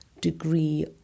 degree